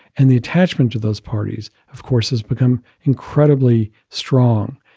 and the attachment to those parties, of course, has become incredibly strong.